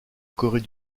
corée